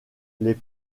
les